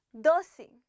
Doce